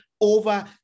over